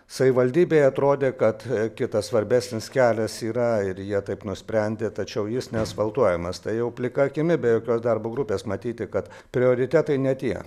savivaldybei atrodė kad kitas svarbesnis kelias yra ir jie taip nusprendė tačiau jis neasfaltuojamas tai jau plika akimi be jokios darbo grupės matyti kad prioritetai ne tie